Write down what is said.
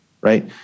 right